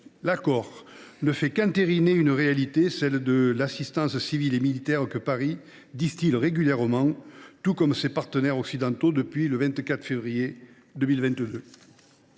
l’accord ne fait qu’entériner une réalité, celle de l’assistance civile et militaire que Paris distille régulièrement, tout comme ses partenaires occidentaux, depuis le 24 février 2022.